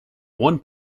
one